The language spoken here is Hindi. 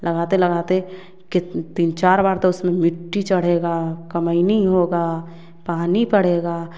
लगाते लगाते की तीन चार बार तो उसमें मिट्टी चढ़ेगा कमैनी होगा पानी पड़ेगा